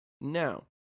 Now